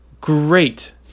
great